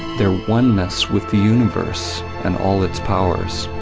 their oneness with the universe and all its powers.